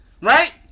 Right